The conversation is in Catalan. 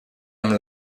amb